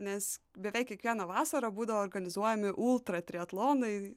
nes beveik kiekvieną vasarą būdavo organizuojami ultratriatlonai